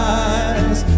eyes